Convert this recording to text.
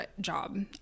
job